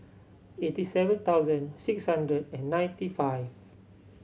eighty seven thousand six hundred and ninety five